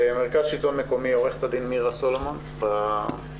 מרכז שלטון מקומי, עורכת הדין מירה סלומון בזום.